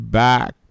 back